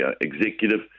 executive